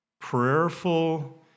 prayerful